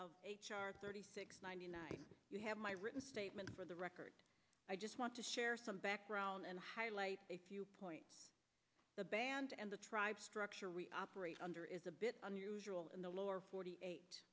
r thirty six ninety nine you have my written statement for the record i just want to share some background and highlight a point the band and the tribe structure we operate under is a bit unusual in the lower forty eight